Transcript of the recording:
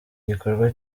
gikorwa